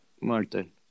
Martin